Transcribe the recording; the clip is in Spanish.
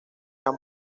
han